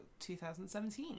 2017